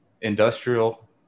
industrial